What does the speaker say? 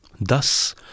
Thus